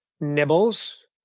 Nibbles